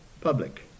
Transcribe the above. Public